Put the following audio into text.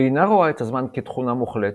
היא אינה רואה את הזמן כתכונה מוחלטת,